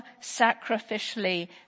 sacrificially